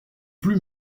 plus